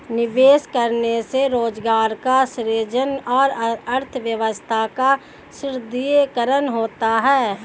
निवेश करने से रोजगार का सृजन और अर्थव्यवस्था का सुदृढ़ीकरण होता है